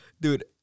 Dude